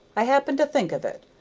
i happened to think of it.